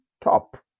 top